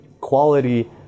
quality